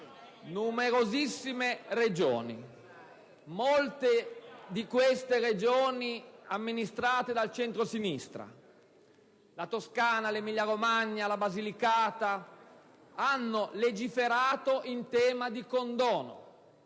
numerosissime Regioni, molte delle quali amministrate dal centrosinistra (Toscana, Emilia-Romagna, Basilicata), hanno legiferato in tema di condono,